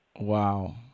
wow